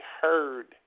heard